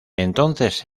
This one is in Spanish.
entonces